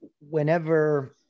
whenever